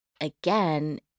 again